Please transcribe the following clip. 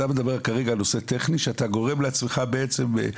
אתה מדבר כרגע על נושא טכני שאתה גורם לעצמך בעצם,